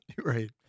Right